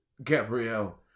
Gabrielle